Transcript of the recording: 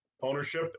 ownership